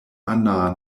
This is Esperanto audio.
anna